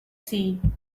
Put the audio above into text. seen